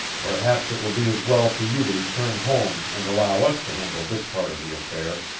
perhaps it will be as well for you to return home and allow us to handle this part of the affair,